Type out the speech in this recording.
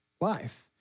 life